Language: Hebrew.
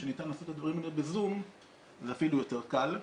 כשניתן לעשות את הדברים האלה בזום זה אפילו יותר קל,